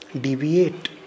deviate